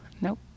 nope